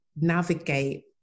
navigate